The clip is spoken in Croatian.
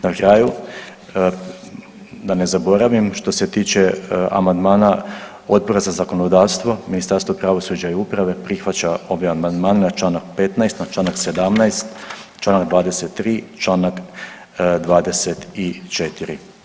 Na kraju, da ne zaboravim što se tiče amandmana Odbora za zakonodavstvo, Ministarstvo pravosuđa i uprave prihvaća ovdje amandman na Članak 15., na Članak 17., Članak 23., Članak 24.